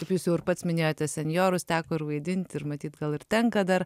kaip jūs jau ir pats minėjote senjorus teko ir vaidint ir matyt gal ir tenka dar